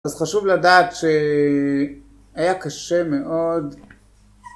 אז חשוב לדעת שהיה קשה מאוד.